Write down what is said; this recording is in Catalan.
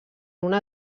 una